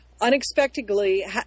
unexpectedly